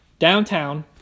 Downtown